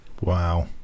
wow